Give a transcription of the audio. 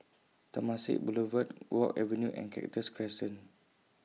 Temasek Boulevard Guok Avenue and Cactus Crescent